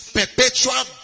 perpetual